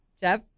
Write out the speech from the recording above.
jeff